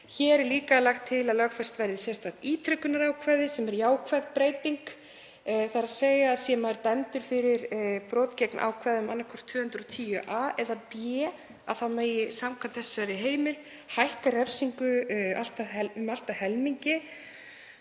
Hér er líka lagt til að lögfest verði sérstakt ítrekunarákvæði sem er jákvæð breyting. Sé maður dæmdur fyrir brot gegn ákvæðum annaðhvort 210. gr. a eða b megi samkvæmt þessari heimild hækka refsingu um allt að helming.